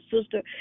sister